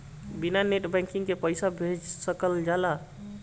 बिना net banking के पईसा भेज सकल जाला?